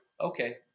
okay